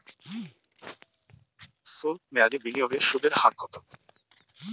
সল্প মেয়াদি বিনিয়োগে সুদের হার কত?